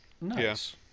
Nice